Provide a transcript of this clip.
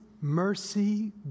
mercy